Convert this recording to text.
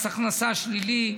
מס הכנסה שלילי,